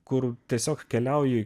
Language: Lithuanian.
kur tiesiog keliauju